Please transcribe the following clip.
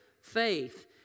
faith